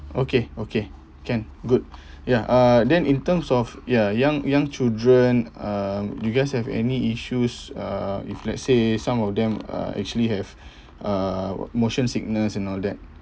okay okay can good ya uh then in terms of ya young young children uh you guys have any issues uh if let's say some of them uh actually have uh motion sickness and all that